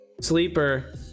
Sleeper